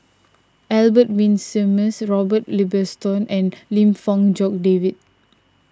Albert Winsemius Robert Ibbetson and Lim Fong Jock David